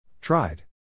Tried